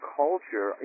culture